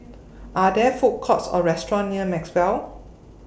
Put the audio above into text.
Are There Food Courts Or restaurants near Maxwell